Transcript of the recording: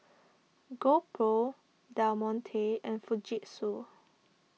GoPro Del Monte and Fujitsu